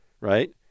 right